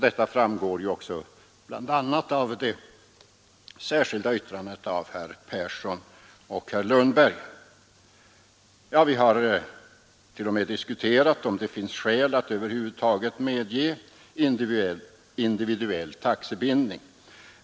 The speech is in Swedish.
Detta framgår ju bl.a. av det särskilda yttrandet av herr Persson i Stockholm och av herr Lundberg. Vi har t.o.m. diskuterat om det finns skäl att över huvud taget medge individuell taxebindning.